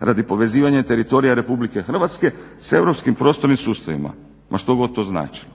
Radi povezivanja teritorija Republike Hrvatske s europskim prostornim sustavima ma što god to značilo.